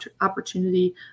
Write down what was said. opportunity